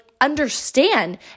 understand